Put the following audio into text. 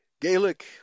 Gaelic